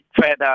further